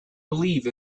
believe